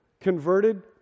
Converted